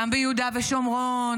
גם ביהודה ושומרון,